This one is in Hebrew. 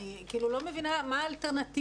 אני לא מבינה מה האלטרנטיבה,